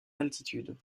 altitude